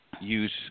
use